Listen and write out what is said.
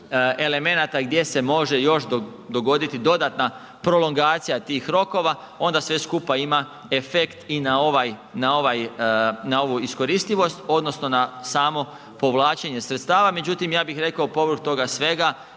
elemenata gdje se može još dogoditi dodatna prolongacija tih rokova onda sve skupa ima efekt i na ovu iskoristivost odnosno na samo povlačenje sredstava. Međutim, ja bih rekao povrh toga svega